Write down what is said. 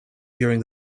during